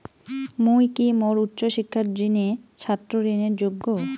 মুই কি মোর উচ্চ শিক্ষার জিনে ছাত্র ঋণের যোগ্য?